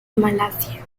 malasia